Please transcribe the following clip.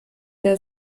der